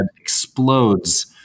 explodes